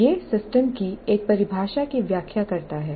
यह सिस्टम की एक परिभाषा की व्याख्या करता है